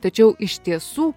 tačiau iš tiesų